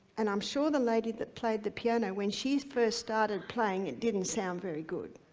and i'm sure the lady that played the piano when she first started playing it didn't sound very good.